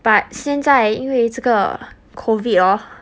but 现在因为这个 COVID orh